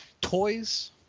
Toys